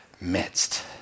midst